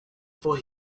for